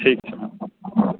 ठीक छै